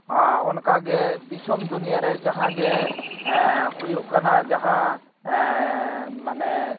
ᱟᱨ ᱚᱱᱠᱟᱜᱮ ᱫᱤᱥᱚᱢ ᱫᱩᱱᱤᱭᱟᱹ ᱨᱮ ᱡᱟᱦᱟᱸ ᱜᱮ ᱦᱩᱭᱩᱜ ᱠᱟᱱᱟ ᱡᱟᱦᱟᱸ ᱢᱟᱱᱮ